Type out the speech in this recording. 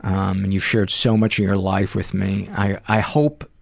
um and you've shared so much of your life with me. i hope,